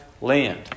land